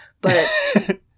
but-